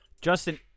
Justin